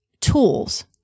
tools